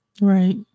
Right